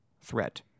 threat